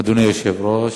אדוני היושב-ראש,